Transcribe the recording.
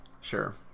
Sure